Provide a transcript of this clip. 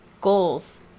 Goals